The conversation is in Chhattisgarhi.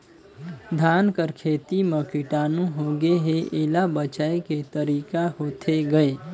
धान कर खेती म कीटाणु होगे हे एला बचाय के तरीका होथे गए?